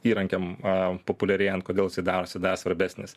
įrankiam a populiarėjant kodėl jisai darosi dar svarbesnis